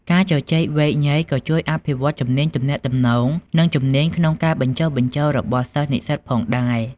ការជជែកវែកញែកក៏ជួយអភិវឌ្ឍជំនាញទំនាក់ទំនង និងជំនាញក្នុងការបញ្ចុះបញ្ចូលរបស់សិស្សនិស្សិតផងដែរ។